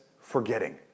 forgetting